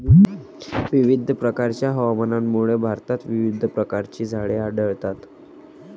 विविध प्रकारच्या हवामानामुळे भारतात विविध प्रकारची झाडे आढळतात